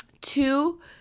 Two